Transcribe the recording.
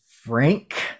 Frank